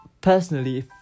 personally